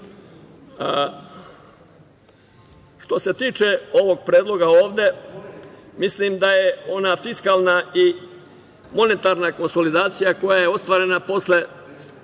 se tiče ovog Predloga ovde, mislim da je ona fiskalna i monetarna konsolidacija koja je ostvarena posle